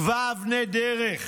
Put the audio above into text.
קבע אבני דרך.